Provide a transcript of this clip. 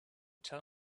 tell